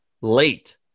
late